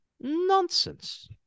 Nonsense